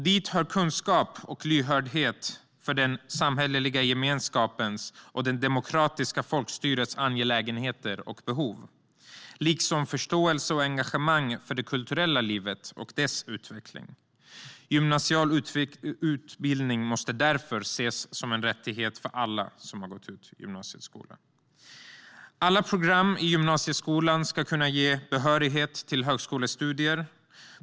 Dit hör kunskap och lyhördhet för den samhälleliga gemenskapens och det demokratiska folkstyrets angelägenheter och behov, liksom förståelse och engagemang för det kulturella livet och dess utveckling. Gymnasial utbildning måste därför ses som en rättighet för alla som har gått ut gymnasieskolan. Alla program i gymnasieskolan ska kunna ge behörighet till högskolestudier.